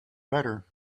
better